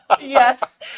Yes